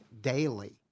daily